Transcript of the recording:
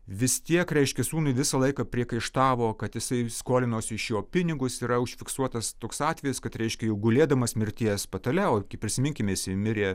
vis tiek reiškia sūnui visą laiką priekaištavo kad jisai skolinosi iš jo pinigus yra užfiksuotas toks atvejis kad reiškia jog gulėdamas mirties patale o kaip prisiminkime jisai mirė